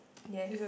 yes